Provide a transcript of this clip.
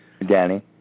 Danny